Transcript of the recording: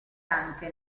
anche